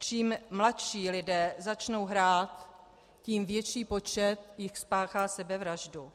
Čím mladší lidé začnou hrát, tím větší počet jich spáchá sebevraždu.